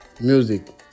music